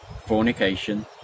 fornication